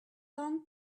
long